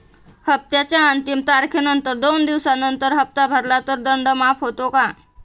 हप्त्याच्या अंतिम तारखेनंतर दोन दिवसानंतर हप्ता भरला तर दंड माफ होतो का?